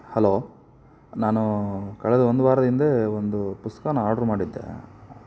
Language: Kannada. ಹಲೋ ನಾನು ಕಳೆದ ಒಂದು ವಾರದ ಹಿಂದೆ ಒಂದು ಪುಸ್ತಕನ ಆರ್ಡರ್ ಮಾಡಿದ್ದೆ